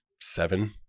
seven